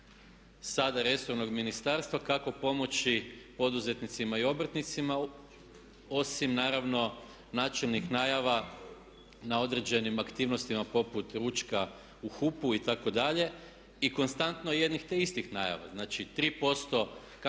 sada resornog ministarstva kako pomoći poduzetnicima i obrtnicima osim naravno načelnih najava na određenim aktivnostima poput ručka u HUP-u itd. i konstantno jedno te istih najava. Znači 3%